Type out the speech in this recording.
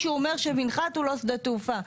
כשהוא אומר שמנחת הוא לא שדה תעופה.